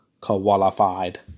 Qualified